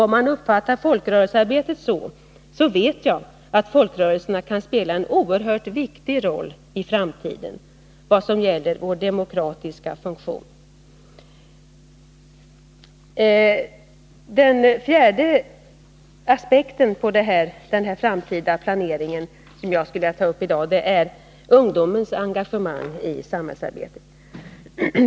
Om man uppfattar folkrörelsearbetet så, kan folkrörelserna — det vet jag — spela en oerhört viktig roll i framtiden när det gäller demokratin. Den fjärde aspekten på den framtida planeringen som jag skulle vilja ta upp i dag är ungdomens engagemang i samhällsarbetet.